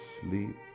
sleep